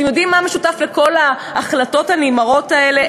אתם יודעים מה משותף לכל ההחלטות הנמהרות האלה?